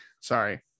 Sorry